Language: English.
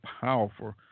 powerful